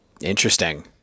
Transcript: Interesting